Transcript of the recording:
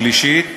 שלישית,